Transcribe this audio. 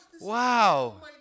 Wow